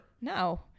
No